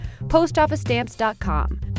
PostOfficeStamps.com